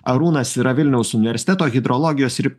arūnas yra vilniaus universiteto hidrologijos ir